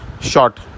short